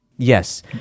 Yes